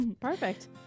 Perfect